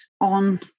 on